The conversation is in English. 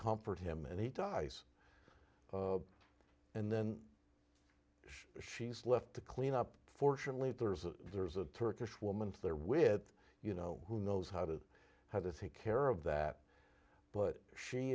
comfort him and he dies and then shane's left to clean up fortunately there's a there's a turkish woman to their with you know who knows how to how to take care of that but she